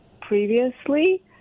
previously